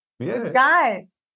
Guys